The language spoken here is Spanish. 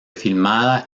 filmada